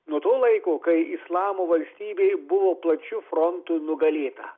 nuo to laiko kai islamo valstybė buvo plačiu frontu nugalėta